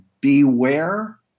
beware